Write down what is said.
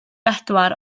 bedwar